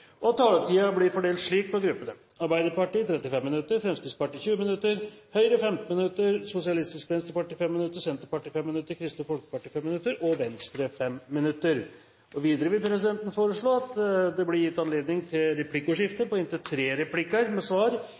at taletiden blir fordelt slik på gruppene: Arbeiderpartiet 25 minutter, Fremskrittspartiet 15 minutter, Høyre 10 minutter, Sosialistisk Venstreparti, Senterpartiet, Kristelig Folkeparti og Venstre 5 minutter hver. Videre vil presidenten foreslå at det blir gitt anledning til replikkordskifte på inntil fem replikker med svar